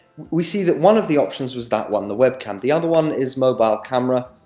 we see that one of the options was that one, the webcam. the other one is mobile camera.